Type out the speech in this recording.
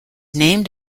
named